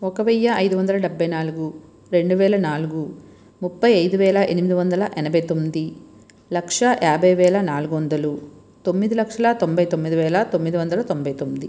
ఒక వెయ్యి ఐదు వందల డెబ్బై నాలుగు రెండు వేల నాలుగు ముప్పై ఐదు వేల ఎనిమిది వందల ఎనభై తొమ్మిది లక్ష యాభై వేల నాలుగు వందలు తొమ్మిది లక్షల తొంభై తొమ్మిది వేల తొమ్మిది వందలు తొంభై తొమ్మిది